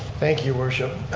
thank you, worship.